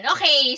Okay